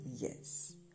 yes